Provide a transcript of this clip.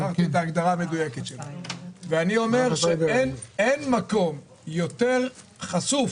אין מקום יותר חשוף